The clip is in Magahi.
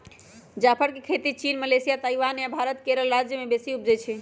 जाफर के खेती चीन, मलेशिया, ताइवान आ भारत मे केरल राज्य में बेशी उपजै छइ